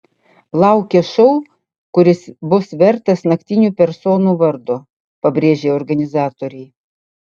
laukia šou kuris bus vertas naktinių personų vardo pabrėžė organizatoriai